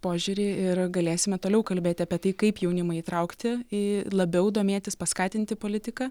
požiūrį ir galėsime toliau kalbėti apie tai kaip jaunimą įtraukti į labiau domėtis paskatinti politika